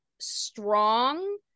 strong